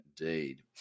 indeed